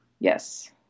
yes